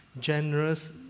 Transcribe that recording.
generous